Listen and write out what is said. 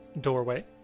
doorway